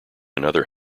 another